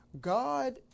God